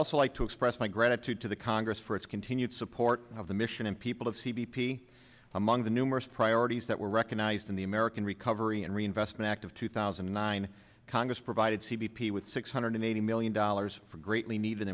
also like to express my gratitude to the congress for its continued support of the mission and people of c b p among the numerous priorities that were reckon i in the american recovery and reinvestment act of two thousand and nine congress provided c b p with six hundred eighty million dollars for greatly needed